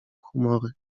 humory